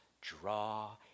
draw